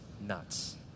nuts